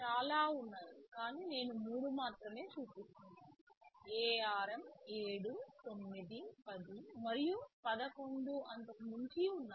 చాలా ఉన్నాయి కానీ నేను మూడు మాత్రమే చూపిస్తున్నాను ARM 7 9 10 మరియు 11 అంతకు మించి ఉన్నాయి